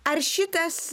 ar šitas